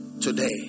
today